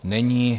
Není.